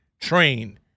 train